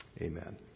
Amen